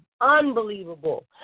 unbelievable